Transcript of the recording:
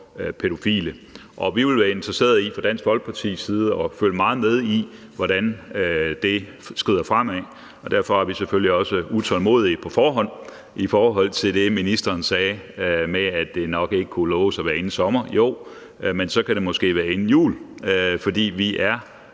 pædofile. Og vi vil fra Dansk Folkepartis side være interesseret i at følge meget med i, hvordan det skrider fremad, og derfor er vi selvfølgelig også utålmodige på forhånd i forhold til det, ministeren sagde, med at det nok ikke kunne loves at være inden sommer. Jo, men så kan det måske være inden jul, for vi er